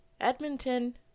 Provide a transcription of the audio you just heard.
Edmonton